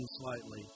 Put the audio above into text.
slightly